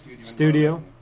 studio